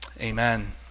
Amen